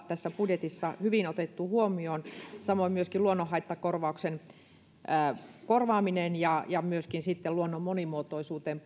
tässä budjetissa hyvin otettu huomioon samoin myöskin luonnonhaittakorvauksen korvaaminen ja ja luonnon monimuotoisuuteen